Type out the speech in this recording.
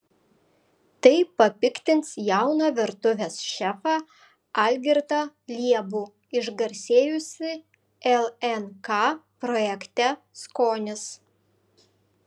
tai papiktins jauną virtuvės šefą algirdą liebų išgarsėjusį lnk projekte skonis